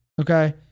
okay